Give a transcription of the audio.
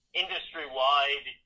industry-wide